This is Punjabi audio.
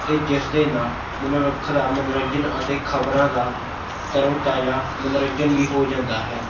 ਅਤੇ ਜਿਸ ਦੇ ਨਾਲ਼ ਮਨੋਰੁੱਖ ਦਾ ਮੰਨੋਰੰਜਨ ਅਤੇ ਖਬਰਾਂ ਦਾ ਤਰੋ ਤਾਜ਼ਾ ਮੰਨੋਰੰਜਨ ਵੀ ਹੋ ਜਾਂਦਾ ਹੈ